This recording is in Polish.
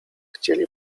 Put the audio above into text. chcieli